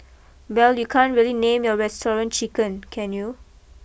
well you can't really name your restaurant Chicken can you